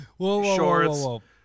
shorts